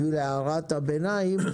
לשם הערת הביניים,